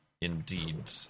indeed